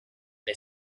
the